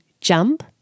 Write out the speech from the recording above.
jump